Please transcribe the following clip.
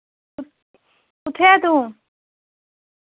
कुत्थें ऐ तूं